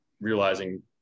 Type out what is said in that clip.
realizing